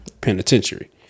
penitentiary